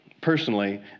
personally